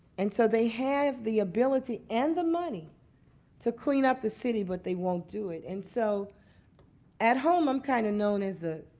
and so they have the ability and the money to clean up the city, but they won't do it. and so at home, i'm kind of known as a